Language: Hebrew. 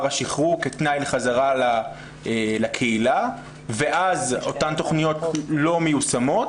השחרור כתנאי לחזרה לקהילה ואז אותן תוכניות לא מיושמות,